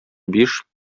биш